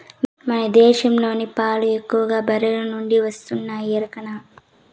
మన దేశంలోని పాలు ఎక్కువగా బర్రెల నుండే వస్తున్నాయి ఎరికనా